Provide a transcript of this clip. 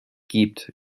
gibt